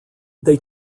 they